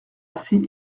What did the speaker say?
assis